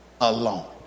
alone